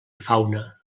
fauna